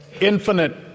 infinite